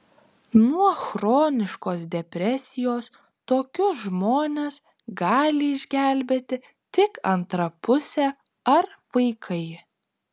nuo chroniškos depresijos tokius žmones gali išgelbėti tik antra pusė ar vaikai